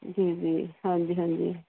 ਜੀ ਜੀ ਹਾਂਜੀ ਹਾਂਜੀ